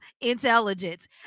intelligence